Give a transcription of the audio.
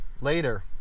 later